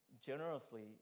generously